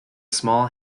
small